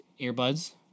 earbuds